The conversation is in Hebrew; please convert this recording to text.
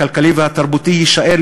הכלכלי והתרבותי יישאר,